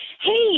Hey